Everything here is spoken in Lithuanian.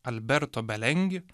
alberto belengi